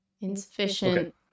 Insufficient